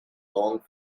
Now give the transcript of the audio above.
long